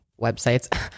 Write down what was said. websites